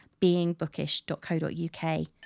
beingbookish.co.uk